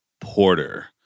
porter